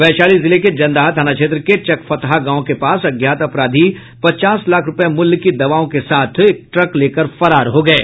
वैशाली जिले के जंदाहा थाना क्षेत्र के चकफतहा गांव के पास अज्ञात अपराधी पचास लाख रूपये मूल्य की दवाओं के साथ एक ट्रक लेकर फरार हो गये